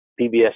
PBS